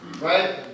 right